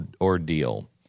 ordeal